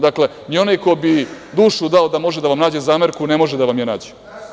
Dakle, ni onaj ko bi dušu dao da može da vam nađe zamerku, ne može da vam je nađe.